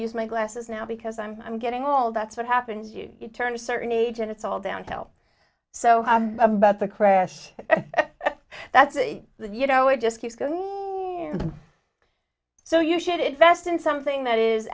use my glasses now because i'm i'm getting all that's what happens you turn a certain age and it's all downhill so how about the crash that's the you know it just keeps going so you should invest in something that is